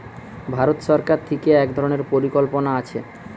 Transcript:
ভারত সরকার থিকে এক ধরণের পরিকল্পনা আছে